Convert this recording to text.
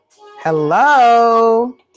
Hello